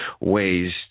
ways